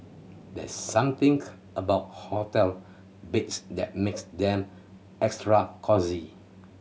there's something about hotel beds that makes them extra cosy